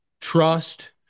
trust